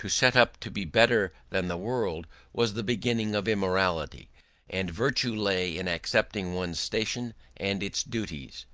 to set up to be better than the world was the beginning of immorality and virtue lay in accepting one's station and its duties.